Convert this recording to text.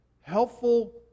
helpful